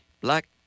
Black